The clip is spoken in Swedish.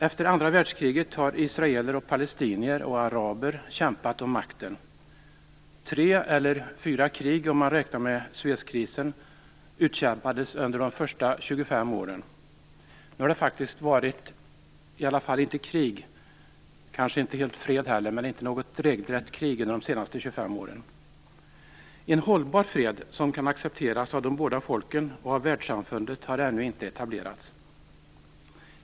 Efter andra världskriget har israeler, palestinier och araber kämpat om makten. Tre eller fyra krig, beroende på om man räknar med Suezkrisen, utkämpades under den första 25 åren. Nu har det faktiskt inte varit krig - kanske inte helt och hållet fred heller, men inget regelrätt krig - under de senaste 25 åren. En hållbar fred som kan accepteras av de båda folken och av världssamfundet har ännu inte etablerats.